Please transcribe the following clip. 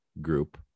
group